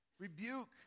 Rebuke